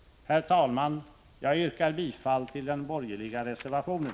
Herr talman! Jag yrkar bifall till den borgerliga reservationen.